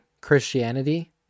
christianity